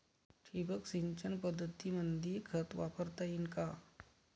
ठिबक सिंचन पद्धतीमंदी खत वापरता येईन का?